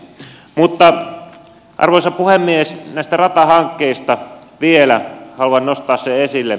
mutta arvoisa puhemies näistä ratahankkeista vielä haluan nostaa ne esille